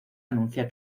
anuncia